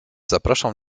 zapraszam